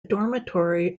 dormitory